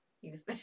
use